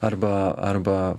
arba arba